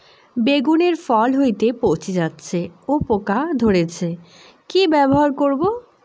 বেগুনের ফল হতেই পচে যাচ্ছে ও পোকা ধরছে কি ব্যবহার করব?